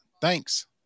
Thanks